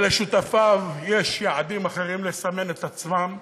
ולשותפיו יש יעדים אחרים: לסמן את עצמם.